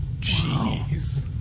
jeez